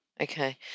okay